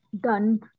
done